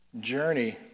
journey